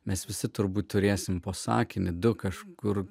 mes visi turbūt turėsime po sakinį du kažkur